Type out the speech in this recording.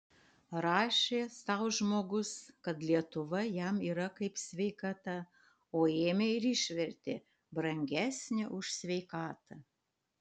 rašė sau žmogus kad lietuva jam yra kaip sveikata o ėmė ir išvertė brangesnė už sveikatą